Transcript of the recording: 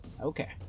Okay